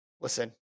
listen